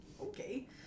Okay